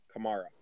Kamara